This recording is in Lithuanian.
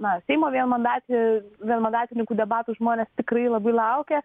na seimo vienmandatė vienmandatininkų debatų žmonės tikrai labai laukia